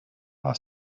are